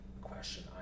question